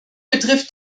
betrifft